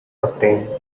obtain